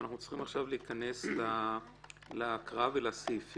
אנחנו צריכים עכשיו להתכנס להקראה ולסעיפים.